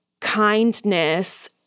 kindness